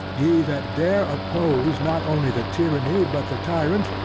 ye that dare oppose, not only the tyranny, but the tyrant,